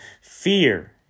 fear